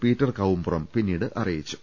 Peter Kavumpuram പിന്നീട് അറിയിച്ചു